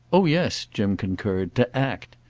oh yes, jim concurred to act.